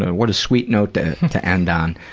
what a sweet note to to end on.